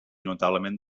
notablement